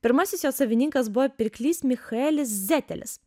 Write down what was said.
pirmasis jo savininkas buvo pirklys michaelis zetelis